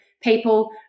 people